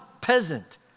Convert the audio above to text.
peasant